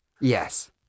Yes